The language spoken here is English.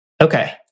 Okay